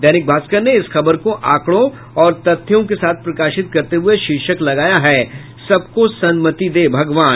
दैनिक भास्कर ने इस खबर को आकड़ों और तथ्यों के साथ प्रकाशित करते हुये शीर्षक लगाया है सबको सन्मति दे भगवान